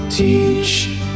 Teach